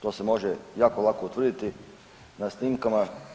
To se može jako dobro utvrditi na snimkama.